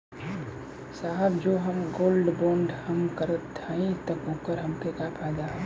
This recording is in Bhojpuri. साहब जो हम गोल्ड बोंड हम करत हई त ओकर हमके का फायदा ह?